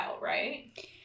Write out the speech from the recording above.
right